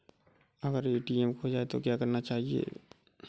अगर ATM card खो जाए तो क्या करना चाहिए?